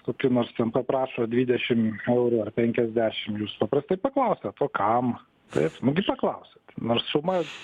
kikių nors ten paprašo dvidešim eurų ar penkiasdešim jūs paprastai paklausiat o kam taip nu gi paklausiat nors suma